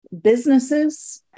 businesses